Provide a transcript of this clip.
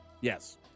yes